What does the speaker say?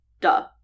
duh